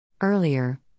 Earlier